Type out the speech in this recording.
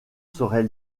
serait